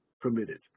permitted